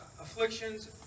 afflictions